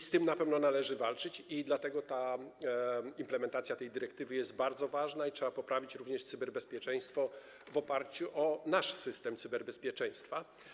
Z tym na pewno należy walczyć i dlatego implementacja tej dyrektywy jest bardzo ważna, ale trzeba poprawić również cyberbezpieczeństwo w oparciu o nasz system cyberbezpieczeństwa.